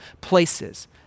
places